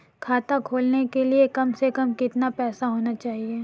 खाता खोलने के लिए कम से कम कितना पैसा होना चाहिए?